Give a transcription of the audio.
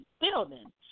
building